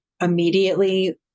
immediately